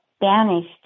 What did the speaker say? banished